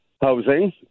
housing